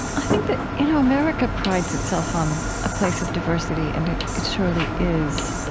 i think that, you know america prides itself on a place of diversity and it it surely is.